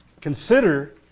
Consider